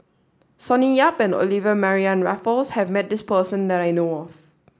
Sonny Yap and Olivia Mariamne Raffles has met this person that I know of